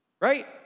Right